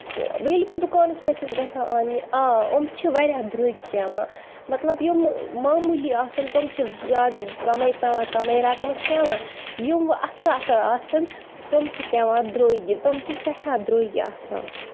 ییٚلہِ بہٕ دُکانَس پٮ۪ٹھ چھَس گژھان اَننہِ آ یِم چھِ واریاہ درٛوگۍ پیوان مطلب یِم معموٗلی آسن تِم چھِ زیادٕ کَمٕے پیوان کمٕے رَقمَس پیوان یِم وۄنۍ اَصٕل اَصٕل آسن تٔمۍ چھِ پیوان درٛوگۍ تٔمۍ چھِ سٮ۪ٹھاہ درٛوگۍ آسان